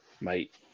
Mate